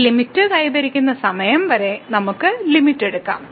ഈ ലിമിറ്റ് കൈവരിക്കുന്ന സമയം വരെ നമുക്ക് ലിമിറ്റ് എടുക്കാം